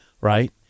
Right